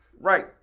Right